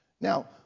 Now